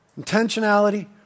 Intentionality